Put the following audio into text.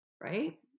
Right